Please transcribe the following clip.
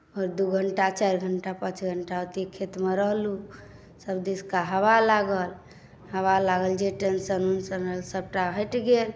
दू घण्टा चारि घण्टा पाँच घण्टा ओतय खेतमे रहलहुँ सभदिशका हवा लागल हवा लागल जे टेंशन उँशन रहल सभटा हटि गेल